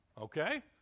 Okay